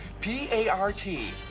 P-A-R-T